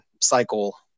cycle